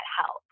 help